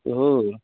ਹੋਰ